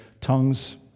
tongues